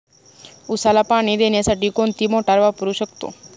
उसाला पाणी देण्यासाठी कोणती मोटार वापरू शकतो?